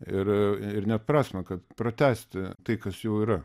ir ir ne prasmę kad pratęsti tai kas jau yra